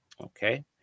okay